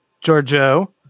Giorgio